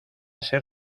ser